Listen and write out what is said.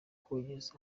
kogeza